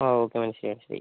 ആ ഓക്കേ മനസിലായി മനസിലായി